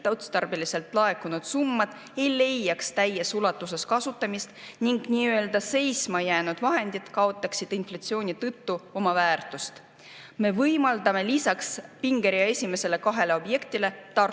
sihtotstarbeliselt laekunud summad ei leiaks täies ulatuses kasutamist ning nii‑öelda seisma jäänud vahendid kaotaksid inflatsiooni tõttu oma väärtust. Me võimaldame lisaks pingerea esimesele kahele objektile – Tartu